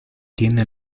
tiene